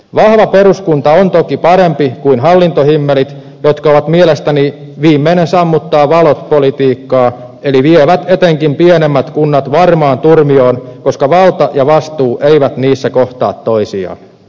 vahva peruskunta on toki parempi kuin hallintohimmelit jotka ovat mielestäni viimeinen sammuttaa valot politiikkaa eli vievät etenkin pienemmät kunnat varmaan turmioon koska valta ja vastuu eivät niissä kohtaa toisiaan